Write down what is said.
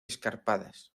escarpadas